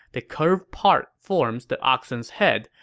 the curved part forms the oxen's head.